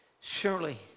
Surely